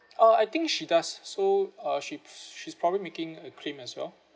uh I think she does so uh she she's probably making a claim as well